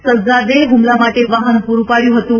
સજ્જાદે હુમલા માટે વાહન પૂરૂં પાડ્યું હતું